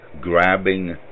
grabbing